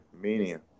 Mania